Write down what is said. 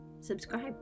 subscribe